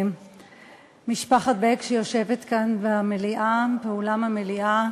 משפחת בק שיושבת כאן באולם המליאה,